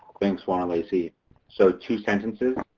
thanks juan, lacey. so two sentences.